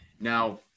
Now